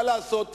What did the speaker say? מה לעשות,